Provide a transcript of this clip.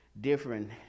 different